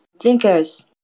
thinkers